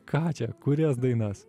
ką čia kurias dainas